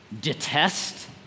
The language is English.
detest